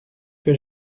que